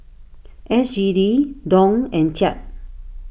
S G D Dong and Kyat